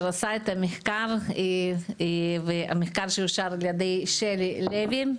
עשה את המחקר שאושר על ידי שלי לוי,